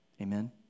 Amen